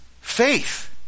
faith